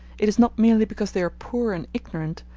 it is not merely because they are poor and ignorant,